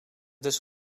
dus